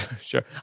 Sure